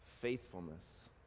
faithfulness